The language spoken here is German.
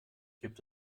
gibt